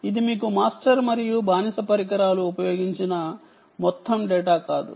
ఇది మీకు మాస్టర్ మరియు బానిస పరికరాలు ఉపయోగించిన మొత్తం డేటా కాదు